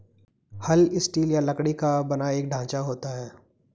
हल स्टील या लकड़ी का बना एक ढांचा होता है